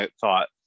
thought